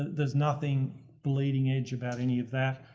there's nothing leading edge about any of that.